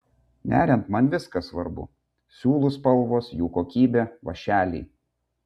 neriant man viskas svarbu siūlų spalvos jų kokybė vąšeliai